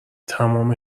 تمام